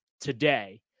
today